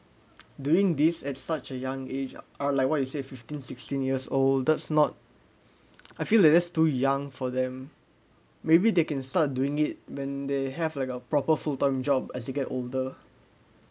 doing this at such a young age are like what you say fifteen sixteen years old that's not I feel that that's too young for them maybe they can start doing it when they have like a proper full time job as you get older